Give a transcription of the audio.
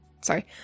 Sorry